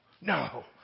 no